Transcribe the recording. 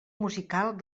musical